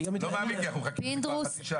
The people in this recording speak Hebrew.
אני לא מאמין, כי אנחנו מחכים כבר חצי שעה.